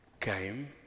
came